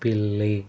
పిల్లి